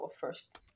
first